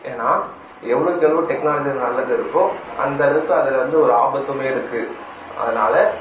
ஏன்னால் எவ்வளோவுக்கு எவ்வளோ டெக்னாலஜியில் நல்லது இருக்கோ அந்த அளவுக்கு அதில் வந்து ஒரு ஆபத்துமே இருக்குது அதனால